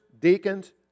deacons